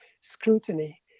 scrutiny